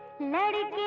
noted